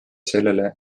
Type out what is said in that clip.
sellele